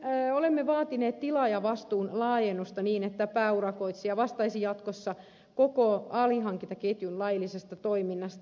ensinnäkin olemme vaatineet tilaajavastuun laajennusta niin että pääurakoitsija vastaisi jatkossa koko alihankintaketjun laillisesta toiminnasta